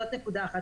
זאת נקודה אחת.